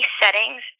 settings